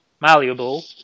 malleable